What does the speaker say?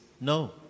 No